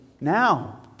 now